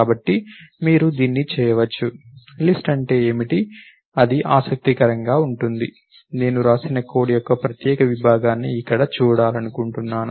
కాబట్టి మీరు దీన్ని చేయవచ్చు లిస్ట్ అంటే ఏమిటి అది ఆసక్తికరంగా ఉంటుంది నేను వ్రాసిన కోడ్ యొక్క ప్రత్యేక విభాగాన్ని ఇక్కడ చూడాలనుకుంటున్నాను